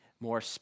more